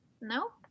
nope